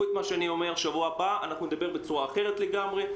בשבוע הבא נדבר בצורה אחרת לגמרי,